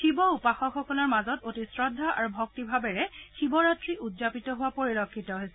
শিৱ উপাসকসকলৰ মাজত অতি শ্ৰদ্ধা আৰু ভক্তিভাৱেৰে শিৱৰাত্ৰি উদযাপিত হোৱা পৰিলক্ষিত হৈছে